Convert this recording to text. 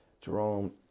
jerome